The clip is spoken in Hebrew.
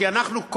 כי אנחנו,